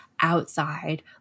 outside